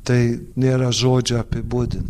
tai nėra žodžio apibūdin